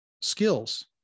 skills